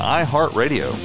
iHeartRadio